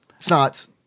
snots